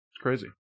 crazy